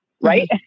right